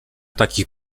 takich